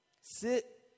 Sit